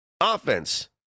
offense